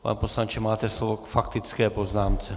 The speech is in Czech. Pane poslanče, máte slovo k faktické poznámce.